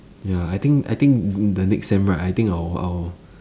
ya I think I think the next sem right I think I'll I'll